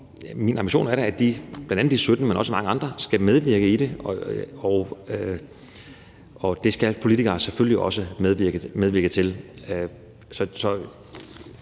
Min ambition er da, at bl.a. de 17, men også mange andre, skal medvirke i det, og det skal politikere selvfølgelig også medvirke til.